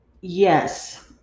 yes